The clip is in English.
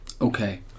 Okay